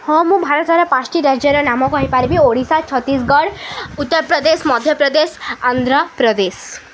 ହଁ ମୁଁ ଭାରତର ପାଞ୍ଚଟି ରାଜ୍ୟର ନାମ କହିପାରିବି ଓଡ଼ିଶା ଛତିଶଗଡ଼ ଉତ୍ତରପ୍ରଦେଶ ମଧ୍ୟପ୍ରଦେଶ ଆନ୍ଧ୍ରପ୍ରଦେଶ